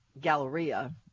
Galleria